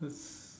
that's